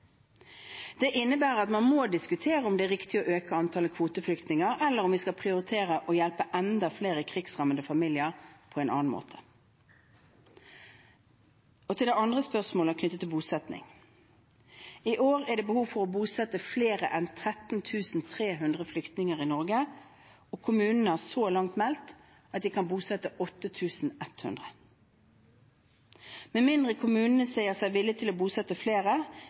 Det innebærer at man må diskutere om det er riktig å øke antallet kvoteflyktninger eller om vi skal prioritere å hjelpe enda flere krigsrammede familier på en annen måte. Til det andre spørsmålet knyttet til bosetting: I år er det behov for å bosette flere enn 13 300 flyktninger i Norge, og kommunene har så langt meldt at de kan bosette 8 100 flyktninger. Med mindre kommunene sier seg villig til å bosette flere,